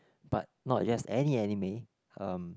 but not just any anime um